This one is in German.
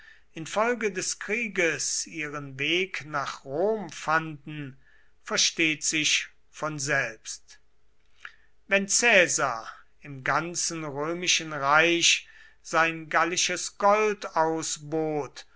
infolge des krieges ihren weg nach rom fanden versteht sich von selbst wenn caesar im ganzen römischen reich sein gallisches gold ausbot